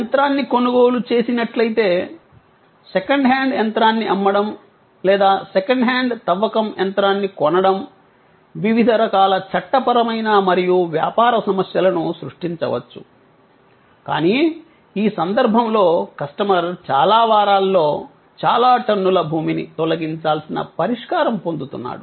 యంత్రాన్ని కొనుగోలు చేసినట్లయితే సెకండ్ హ్యాండ్ యంత్రాన్ని అమ్మడం లేదా సెకండ్ హ్యాండ్ తవ్వకం యంత్రాన్ని కొనడం వివిధ రకాల చట్టపరమైన మరియు వ్యాపార సమస్యలను సృష్టించవచ్చు కానీ ఈ సందర్భంలో కస్టమర్ చాలా వారాల్లో చాలా టన్నుల భూమిని తొలగించాల్సిన పరిష్కారం పొందుతున్నాడు